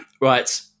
Right